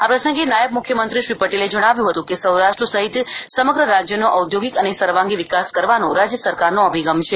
આ પ્રસંગે નાયબ મુખ્યમંત્રી શ્રી પટેલે જણાવ્યું હતું કે સૌરાષ્ટ્ર સહિત સમગ્ર રાજ્યનો ઔદ્યોગિક અને સર્વાંગી વિકાસ કરવાનો રાજ્ય સરકારનો અભિગમ છે